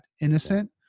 innocent